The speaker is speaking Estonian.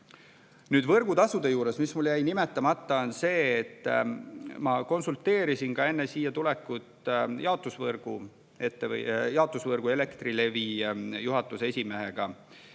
Nüüd, võrgutasude juures mul jäi nimetamata see, et ma konsulteerisin enne siia tulekut jaotusvõrgu, Elektrilevi juhatuse esimehega